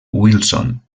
wilson